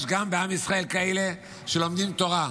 יש בעם ישראל גם כאלה שלומדים תורה,